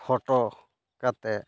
photo ᱠᱟᱛᱮᱫ